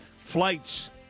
Flights